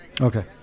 Okay